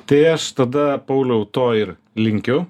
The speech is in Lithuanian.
ai aš tada pauliau to ir linkiu